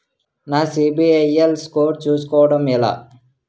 నా CIBIL score చుస్కోవడం ఎలా?